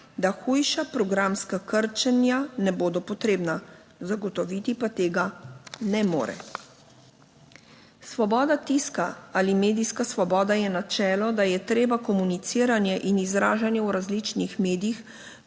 da hujša programska krčenja ne bodo potrebna. Zagotoviti pa tega, ne more. Svoboda tiska ali medijska svoboda je načelo, da je treba komuniciranje in izražanje v različnih medijih,